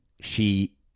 She-